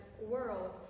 world